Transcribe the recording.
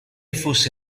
fosse